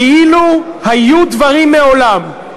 כאילו, היו דברים מעולם.